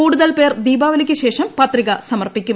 കൂടുതൽ പേർ ദീപാവലിക്ക് ശേഷം പത്രിക സമർപ്പിക്കും